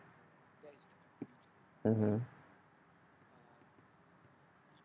mmhmm